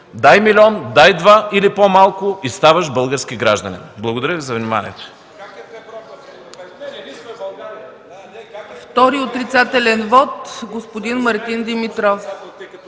дай милион, дай два или по-малко, и ставаш български гражданин. Благодаря Ви за вниманието.